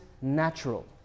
natural